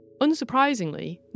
Unsurprisingly